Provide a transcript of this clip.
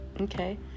okay